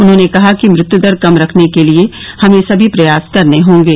उन्होंने कहा कि मृत्युदर कम बनाये रखने के लिए हमें सभी प्रयास करने होंगे